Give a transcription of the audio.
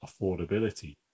affordability